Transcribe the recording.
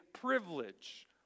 privilege